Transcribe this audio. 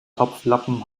topflappen